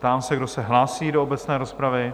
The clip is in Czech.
Ptám se, kdo se hlásí do obecné rozpravy?